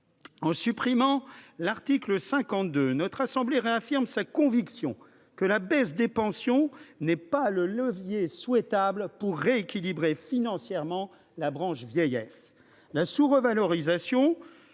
En supprimant l'article 52, notre Haute Assemblée réaffirme sa conviction que la baisse des pensions n'est pas le levier souhaitable pour rééquilibrer financièrement la branche vieillesse.